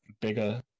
bigger